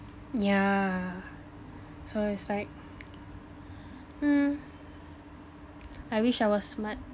yeah so I was like hmm I wish I was smart